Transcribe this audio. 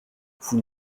vous